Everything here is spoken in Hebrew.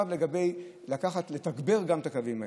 לגבי תגבור של הקווים האלה,